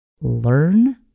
learn